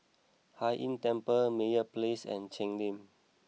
Hai Inn Temple Meyer Place and Cheng Lim